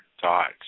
thoughts